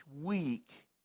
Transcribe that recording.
week